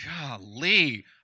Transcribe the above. Golly